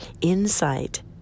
insight